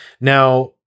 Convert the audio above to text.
Now